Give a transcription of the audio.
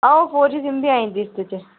आहो four G SIM बी आई जंदी इसदे बिच